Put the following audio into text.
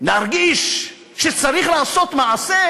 להרגיש שצריך לעשות מעשה;